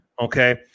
Okay